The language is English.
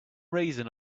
reason